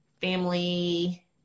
family